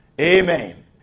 Amen